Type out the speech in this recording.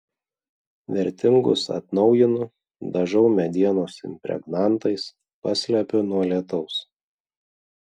vertingus atnaujinu dažau medienos impregnantais paslepiu nuo lietaus